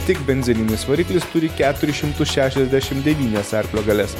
tik benzininis variklis turi keturis šimtus šešiasdešim devynias arklio galias